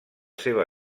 seva